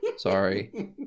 Sorry